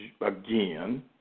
Again